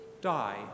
die